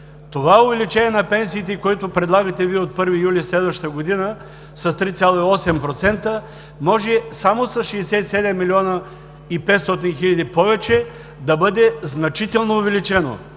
това увеличение на пенсиите, което предлагате Вие от 1 юли следващата година, с 3,8%, може само с 67 млн. 500 хил. лв. повече, да бъде значително увеличено.